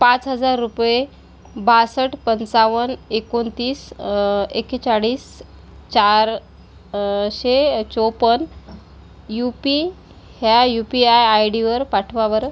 पाच हजार रुपये बासष्ठ पंचावन्न एकोणतीस एक्केचाळीस चार शे चौपन्न यूपी ह्या यू पी आय आय डीवर पाठवा बरं